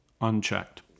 unchecked